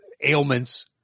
ailments